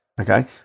Okay